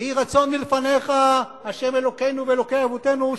יהי רצון מלפניך ה' אלוקינו ואלוקי אבותינו,